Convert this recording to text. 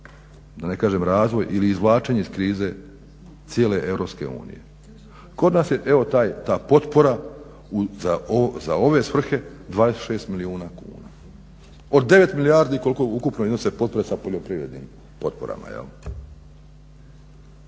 da ne kažem razvoj ili izvlačenje iz krize cijele EU. Kod nas je evo ta potpora za ove svrhe 26 milijuna kuna od 9 milijardi koliko ukupno iznose potpore sa poljoprivrednim potporama.